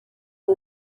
uba